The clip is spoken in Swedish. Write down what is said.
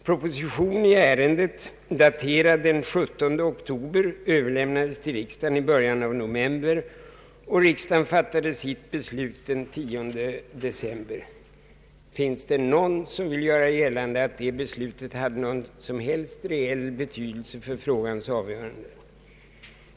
Proposition i ärendet daterad den 17 oktober överlämnades till riksdagen i början av november, och riksdagen fattade sitt beslut den 10 december. Finns det någon som vill göra gällande att det beslutet hade någon som helst reell beiydelse för frågans avgörande?